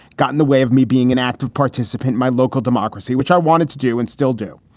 got in the way of me being an active participant, my local democracy, which i wanted to do and still do.